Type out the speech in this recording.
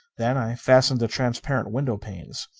then i fastened the transparent window panes.